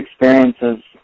experiences